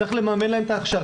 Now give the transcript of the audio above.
צריך לממן להם את ההכשרה,